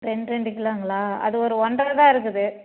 ரெண்டு ரெண்டு கிலோங்களா அது ஒரு ஒன்றரை தான் இருக்குது